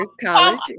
College